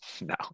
no